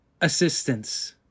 Assistance